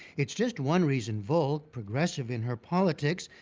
it's just one reason volk, progressive in her politics,